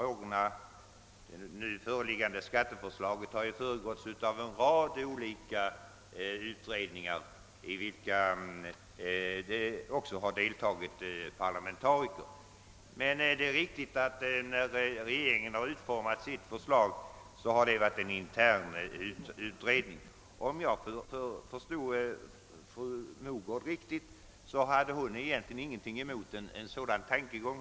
Det nu föreliggande skatteförslaget har föregåtts av en rad olika utredningar, i vilka också har deltagit parlamentariker. Men det är riktigt att, när regeringen har utformat sitt förslag, det har varit en intern utredning. Om jag förstod fru Mogård rätt, hade hon emellertid ingenting emot ett så dant förfaringssätt.